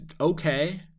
okay